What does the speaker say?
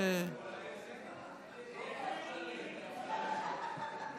אז את הנאום על אומן